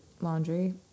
laundry